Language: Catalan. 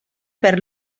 per